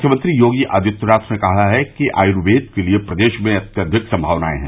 मुख्यमंत्री योगी आदित्यनाथ ने कहा है कि आयुर्वेद के लिये प्रदेश में अत्यधिक संभावनाएं हैं